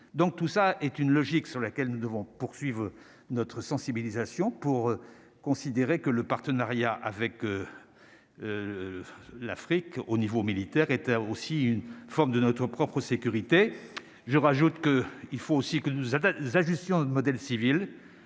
donc tout ça est une logique sur laquelle nous devons poursuivre notre sensibilisation pour considérer que le parc. Tenariat avec l'Afrique au niveau militaire était aussi une forme de notre propre sécurité, je rajoute que il faut aussi que nous avons sa gestion modèle civil